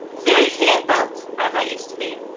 very hand built, as i used to be.